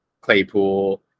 Claypool